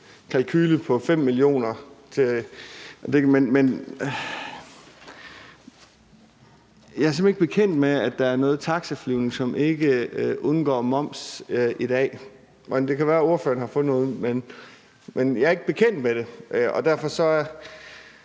tallet er på 5 mio. kr. Men jeg er simpelt hen ikke bekendt med, at der er noget taxaflyvning, som ikke undgår moms i dag. Det kan være, spørgeren har fundet noget, men jeg er ikke bekendt med det. Jeg troede